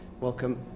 welcome